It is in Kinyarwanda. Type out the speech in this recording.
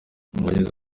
abagize